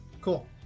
Cool